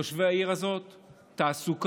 לתושבי העיר הזאת תעסוקה,